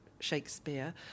Shakespeare